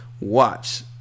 watch